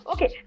Okay